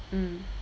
mm